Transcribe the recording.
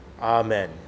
amen